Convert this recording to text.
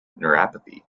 neuropathy